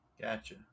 Gotcha